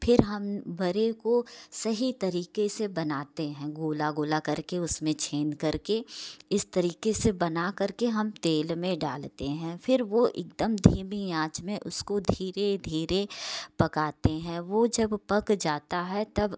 फिर हम बड़े को सही तरीके से बनाते हैं गोला गोला करके उसमें छेद करके इस तरीके से बना कर के हम तेल में डालते हैं फिर वो एकदम धीमी आंच में उसको धीरे धीरे पकाते हैं वो जब पक जाता है तब